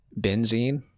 Benzene